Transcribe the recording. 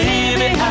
Baby